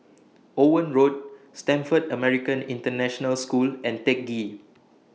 Owen Road Stamford American International School and Teck Ghee